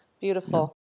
beautiful